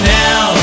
now